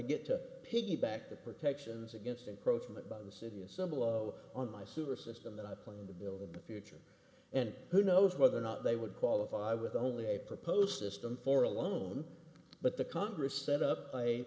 get to piggyback the protections against encroachment by the city a symbol oh on my sewer system that i play in the building the future and who knows whether or not they would qualify with only a proposed system for a loan but the congress set up a